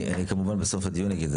אני כמובן בסוף הדיון אגיד את זה,